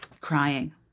crying